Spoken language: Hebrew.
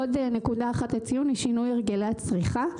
נקודה נוספת היא שינוי הרגלי הצריכה.